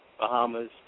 Bahamas